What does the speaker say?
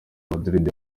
madrid